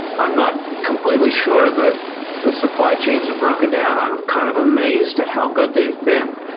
i'm not completely sure that the supply chains have broken down. i'm kind of amazed at how good they've been.